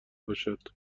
باشد